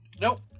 Nope